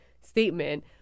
statement